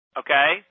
okay